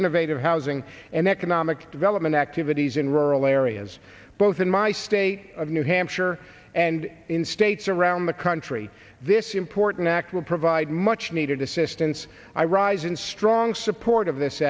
innovative housing and economic development activities in rural areas both in my state of new hampshire and in states around the country this important act will provide much needed assistance i rise in strong support of this